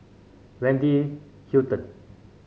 Wendy Hutton